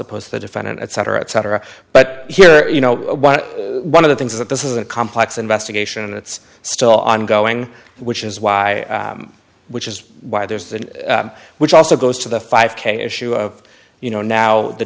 opposed to the defendant etc etc but here you know one of the things that this is a complex investigation and it's still ongoing which is why which is why there is that which also goes to the five k issue of you know now the